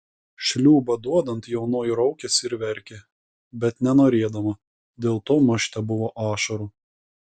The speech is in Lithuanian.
šliūbą duodant jaunoji raukėsi ir verkė bet nenorėdama dėl to maž tebuvo ašarų